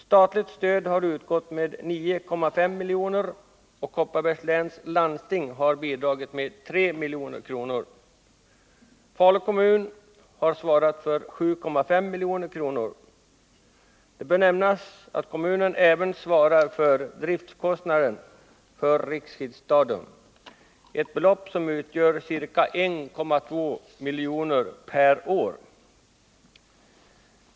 Statligt stöd har utgått med 9,5 miljoner, och Kopparbergs läns landsting har bidragit med 3 milj.kr. Falu kommun har ställt upp med 7,5 milj.kr. Det bör nämnas att kommunen även svarar för driftkostnaderna för Riksskidstadion. Dessa kostnader uppgår till ca 1,2 milj.kr. per år.